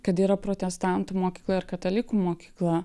kad yra protestantų mokykla ir katalikų mokykla